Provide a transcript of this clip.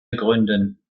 begründen